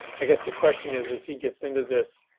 i guess the question is, as he gets into this,